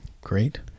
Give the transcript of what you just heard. Great